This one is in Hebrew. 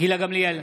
גילה גמליאל,